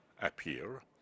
appear